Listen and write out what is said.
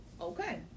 Okay